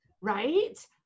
Right